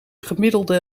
gemiddelde